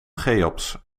cheops